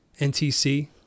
NTC